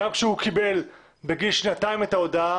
גם כשהוא קיבל בגיל שנתיים את ההודעה,